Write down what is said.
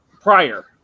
prior